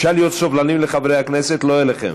אפשר להיות סובלנים לחברי הכנסת, לא לכם.